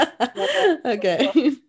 Okay